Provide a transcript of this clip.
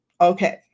Okay